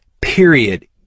period